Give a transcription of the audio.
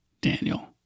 Daniel